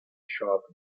sharp